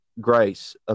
grace